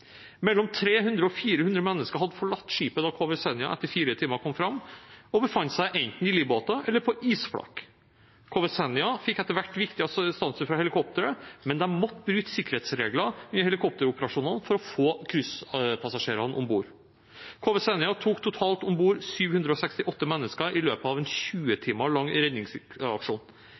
Mellom 300 og 400 mennesker hadde forlatt skipet da KV «Senja» etter fire timer kom fram, og befant seg enten i livbåter eller på isflak. KV «Senja» fikk etter hvert viktig assistanse fra helikoptre, men de måtte bryte sikkerhetsregler i helikopteroperasjonene for å få cruisepassasjerene om bord. KV «Senja» tok totalt om bord 768 mennesker i løpet av en 20 timer lang redningsaksjon.